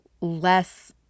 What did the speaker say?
less